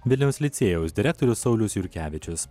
vilniaus licėjaus direktorius saulius jurkevičius